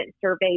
survey